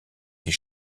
des